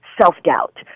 self-doubt